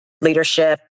leadership